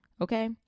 okay